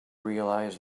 realize